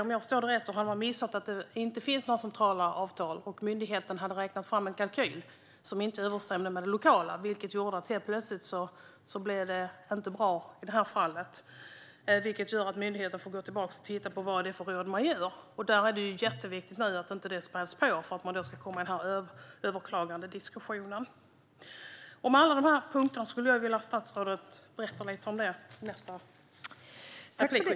Om jag förstår det rätt missade myndigheten att det inte fanns några centrala avtal och gjorde en kalkyl som inte överensstämde med det lokala, vilket gjorde att det helt plötsligt inte blev bra. Det gör att myndigheten får gå tillbaka och titta på vad det är för råd man ger. Det är ju jätteviktigt att detta inte späs på så att man hamnar i en överklagandediskussion. Om alla de här punkterna skulle jag vilja att statsrådet berättar lite i nästa inlägg.